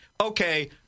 okay